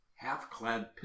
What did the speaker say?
Half-clad